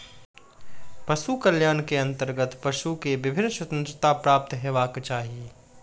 पशु कल्याण के अंतर्गत पशु के विभिन्न स्वतंत्रता प्राप्त हेबाक चाही